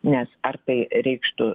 nes ar tai reikštų